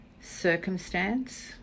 Circumstance